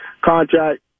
contract